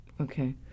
Okay